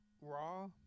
Raw